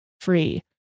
free